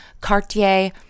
Cartier